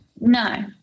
No